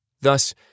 Thus